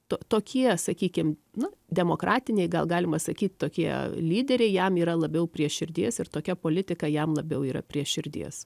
to tokie sakykim nu demokratiniai gal galima sakyt tokie lyderiai jam yra labiau prie širdies ir tokia politika jam labiau yra prie širdies